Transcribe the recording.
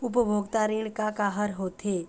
उपभोक्ता ऋण का का हर होथे?